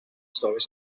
stories